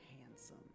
handsome